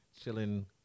chilling